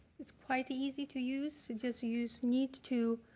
it's quite easy to use, so just use, need to